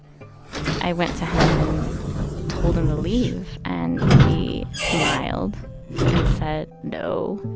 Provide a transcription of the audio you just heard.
i went to him and told him to leave, and he smiled and said, no,